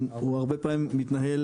הוא הרבה פעמים מתנהל,